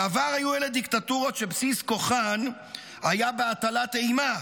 בעבר היו אלה דיקטטורות שבסיס כוחן היה בהטלת אימה,